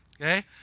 okay